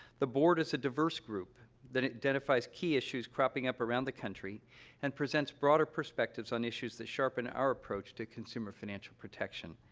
the board is a diverse group that identifies key issues cropping up around the country and presents broader perspectives on issues that sharpen our approach to consumer financial protection.